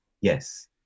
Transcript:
Yes